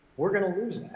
we're going to lose